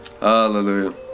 Hallelujah